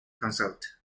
cancelled